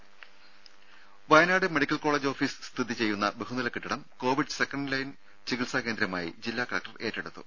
രുര Wayanad medical college office സ്ഥിതി ചെയ്യുന്ന ബഹുനില കെട്ടിടം കോവിഡ് സെക്കന്റ് ലൈൻ ചികിത്സാ കേന്ദ്രമായി ജില്ലാകലക്ടർ ഏറ്റെടുത്തു